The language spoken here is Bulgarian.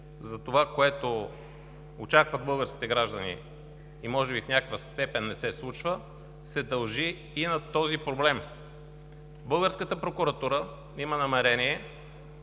за това, което очакват българските граждани и може би в някаква степен не се случва, се дължи и на този проблем. Българската прокуратура има намерение